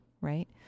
right